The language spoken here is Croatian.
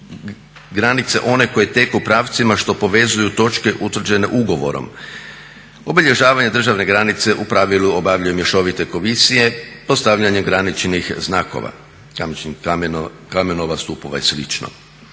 granice one koje teku pravcima što povezuju točke utvrđene ugovorom. Obilježavanje državne granice u pravilu obavljaju mješovite komisije postavljanjem graničnih znakova, … kamenova, stupova i